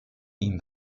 ihm